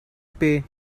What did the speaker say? pay